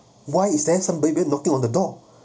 why is there somebody been knocking on the door